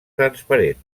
transparent